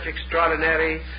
extraordinary